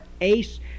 Ace